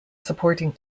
supporting